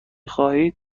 خواهید